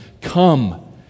Come